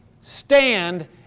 stand